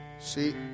See